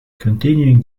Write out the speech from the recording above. continuing